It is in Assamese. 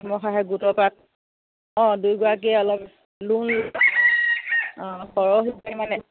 আত্মসহায়ক গোটৰ পৰা অঁ দুয়োগৰাকীয়ে অলপ লুন অঁ সৰহিয়াকৈ মানে